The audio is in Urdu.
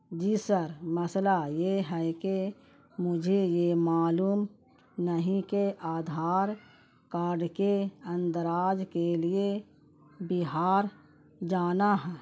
جی سر مسئلہ یہ ہے کہ مجھے یہ معلوم نہیں کے آدھار کارڈ کے اندراج کے لیے بہار جانا ہے